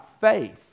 faith